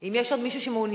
אם יש עוד מישהו שמעוניין,